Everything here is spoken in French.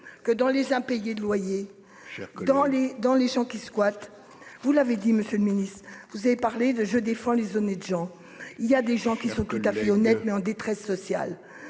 que dans les impayés de loyers. Dans les dans les champs qui squattent, vous l'avez dit, monsieur le Ministre, vous avez parlé de je défends les honnêtes gens, il y a des gens qui sont tout à fait honnête mais en détresse sociale